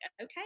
okay